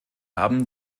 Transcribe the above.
haben